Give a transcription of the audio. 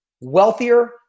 wealthier